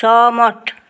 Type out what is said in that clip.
सहमत